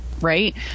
right